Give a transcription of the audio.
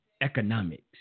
economics